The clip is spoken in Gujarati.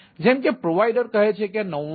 જેમ કે પ્રોવાઇડર કહે છે કે 99